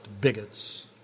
bigots